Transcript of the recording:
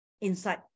Inside